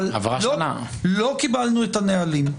אבל לא קיבלנו את הנהלים.